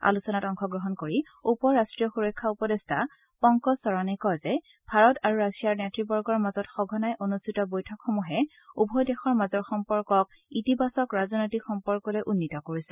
আলোচনাত অংশগ্ৰহণ কৰি উপ ৰাষ্ট্ৰীয় সুৰক্ষা উপদেষ্টা পংকজ চৰণে কয় যে ভাৰত আৰু ৰাছিয়াৰ নেতৃবৰ্গৰ মাজত সঘনাই অনুষ্ঠিত বৈঠকসমূহে উভয় দেশৰ মাজৰ সম্পৰ্কক ইতিবাচক ৰাজনৈতিক সম্পৰ্কলৈ উন্নীত কৰিছে